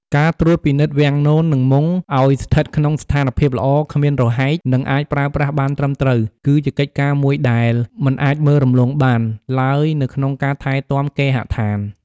ការត្រួតពិនិត្យ វាំងនន និងមុង ឲ្យស្ថិតក្នុងស្ថានភាពល្អ គ្មានរហែក និងអាចប្រើប្រាស់បានត្រឹមត្រូវ គឺជាកិច្ចការមួយដែល មិនអាចមើលរំលងបាន ឡើយនៅក្នុងការថែទាំគេហដ្ឋាន។